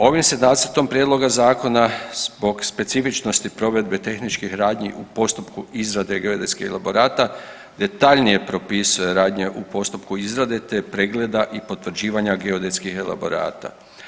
Ovim se nacrtom prijedloga zakona zbog specifičnosti provedbe tehničkih radnji u postupku izrade geodetskih elaborata detaljnije propisuje radnje u postupku izrade te pregleda i potvrđivanja geodetskih elaborata.